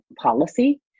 policy